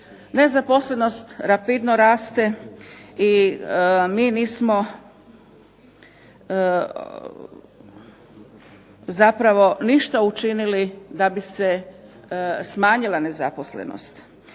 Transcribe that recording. Nezaposlenost rapidno raste i mi nismo zapravo ništa učinili da bi se smanjila nezaposlenost.